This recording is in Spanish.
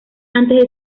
antes